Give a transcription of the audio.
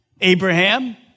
Abraham